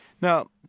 Now